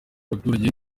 abaturage